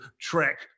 trek